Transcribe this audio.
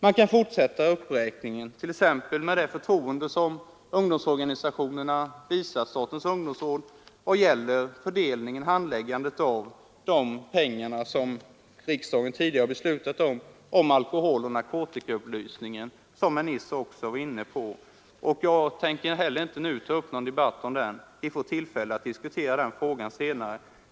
Man kan fortsätta uppräkningen, t.ex. det förtroende som ungdomsorganisationerna visar statens ungdomsråd vad gäller fördelningen och handläggandet av de pengar som riksdagen tidigare beslutat om, alkoholoch narkotikaupplysningen, som herr Nisser också var inne på, och mycket annat. Jag tänker nu inte ta upp någon debatt om detta, ty vi får tillfälle att diskutera den frågan senare.